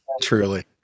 truly